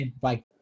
Bye